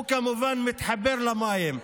הוא כמובן מתחבר למים,